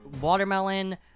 watermelon